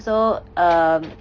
so um